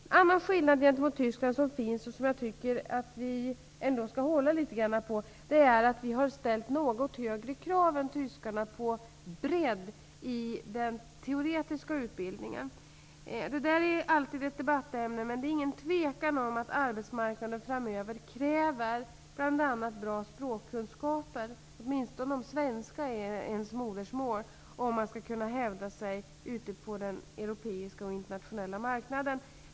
En annan skillnad gentemot Tyskland, och som jag tycker att vi skall hålla litet grand på, är att vi har ställt något högre krav än tyskarna på bredd i den teoretiska utbildningen. Detta är alltid ett debattämne. Men det är inget tvivel om att arbetsmarknaden framöver kräver bl.a. bra språkkunskaper, åtminstone om svenska är ens modersmål, om man skall kunna hävda sig ute på den europeiska och internationella marknaden.